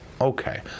Okay